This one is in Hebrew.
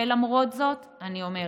ולמרות זאת אני אומרת: